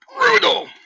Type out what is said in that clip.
Brutal